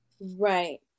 right